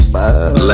Bye